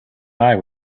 eye